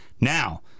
Now